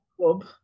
Club